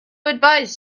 advise